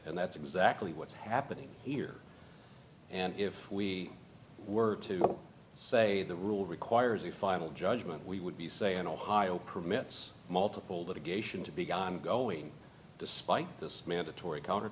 and that's exactly what's happening here and if we were to say the rule requires a final judgment we would be saying in ohio permits multiple litigation to be guy i'm going despite this mandatory